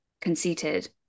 conceited